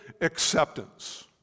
acceptance